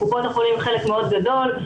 קופות החולים חלק מאוד גדול,